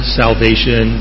salvation